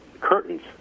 curtains